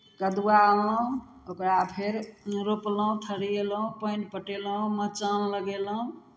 कदुआ अनलहुँ ओकरा फेर रोपलहुँ थलिएलहुँ पानि पटेलहुँ मचान लगयलहुँ